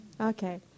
Okay